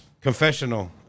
Confessional